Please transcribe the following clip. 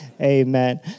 Amen